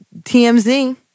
TMZ